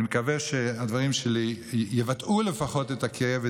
אני מקווה שהדברים שלי יבטאו לפחות את הכאב,